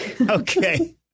Okay